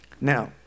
now